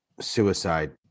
suicide